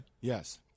Yes